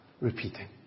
repeating